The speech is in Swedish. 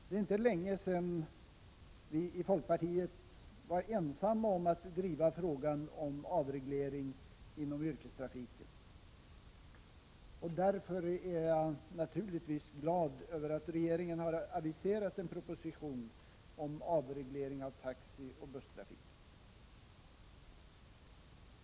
Det är inte länge sedan vi i folkpartiet var ensamma om att driva frågan om avreglering inom yrkestrafiken och därför är jag naturligtvis glad över att regeringen har aviserat en proposition om avreglering av taxi och busstrafik.